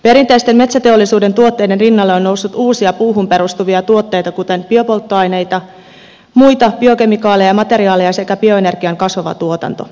perinteisten metsäteollisuuden tuotteiden rinnalle on noussut uusia puuhun perustuvia tuotteita kuten biopolttoaineita muita biokemikaaleja ja materiaaleja sekä bioenergian kasvava tuotanto